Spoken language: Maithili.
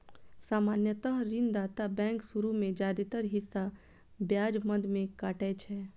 सामान्यतः ऋणदाता बैंक शुरू मे जादेतर हिस्सा ब्याज मद मे काटै छै